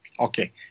Okay